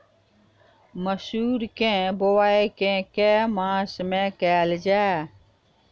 मसूर केँ बोवाई केँ के मास मे कैल जाए?